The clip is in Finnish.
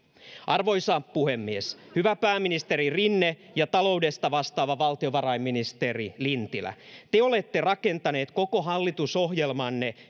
arvoisa puhemies hyvä pääministeri rinne ja taloudesta vastaava valtiovarainministeri lintilä te olette rakentaneet koko hallitusohjelmanne